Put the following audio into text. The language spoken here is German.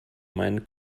meinen